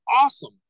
awesome